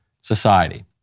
society